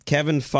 Kevin